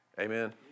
Amen